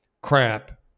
crap